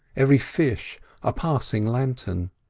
every fish a passing lantern.